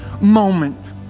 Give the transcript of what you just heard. moment